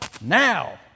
now